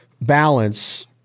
balance